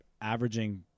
averaging